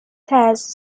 has